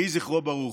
יהי זכרו ברוך.